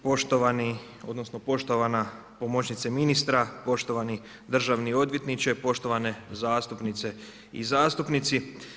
Poštovani odnosno poštovana pomoćnice ministra, poštovani državni odvjetniče, poštovane zastupnice i zastupnici.